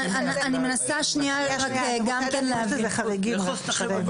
צריך להיות מורה בפועל.